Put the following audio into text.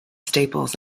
staples